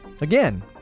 again